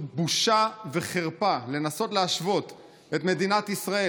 בושה וחרפה לנסות להשוות את מדינת ישראל,